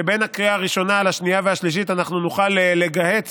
שבין הקריאה הראשונה לשנייה והשלישית נוכל לגהץ